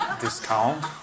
discount